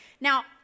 Now